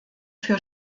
für